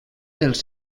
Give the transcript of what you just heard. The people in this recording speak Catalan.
dels